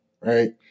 right